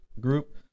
group